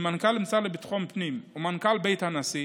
בין מנכ"ל המשרד לביטחון פנים למנכ"ל בית הנשיא,